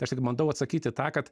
aš tik bandau atsakyti tą kad